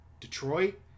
Detroit